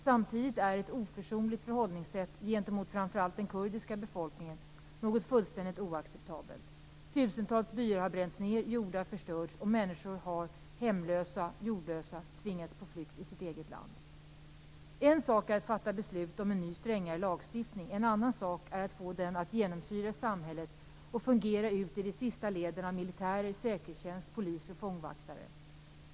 Samtidigt är ett oförsonligt förhållningssätt gentemot framför allt den kurdiska befolkningen något fullständigt oacceptabelt. Tusentals byar har bränts ned, jordar förstörts, och människor har hemlösa och jordlösa tvingats på flykt i sitt eget land. En sak är att fatta beslut om en ny, strängare lagstiftning - en annan sak är att få den att genomsyra samhället och fungera ut i de sista leden av militärer, säkerhetstjänst, poliser och fångvaktare.